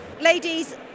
Ladies